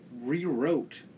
rewrote